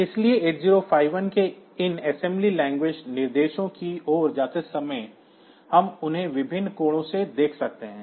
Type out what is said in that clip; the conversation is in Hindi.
इसलिए 8051 के इन assembly language निर्देशों की ओर जाते समय हम उन्हें विभिन्न कोणों से देख सकते हैं